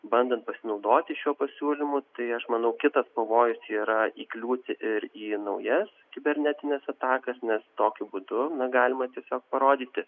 bandant pasinaudoti šiuo pasiūlymu tai aš manau kitas pavojus yra įkliūti ir į naujas kibernetines atakas nes tokiu būdu nu galima tiesiog parodyti